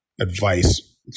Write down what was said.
advice